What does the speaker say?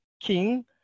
king